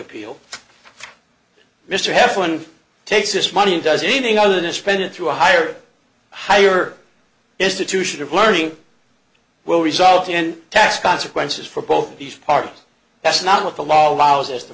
appeal mr have one takes this money and does anything other than spend it through a higher higher institution of learning will result in tax consequences for both these parties that's not what the law allows us to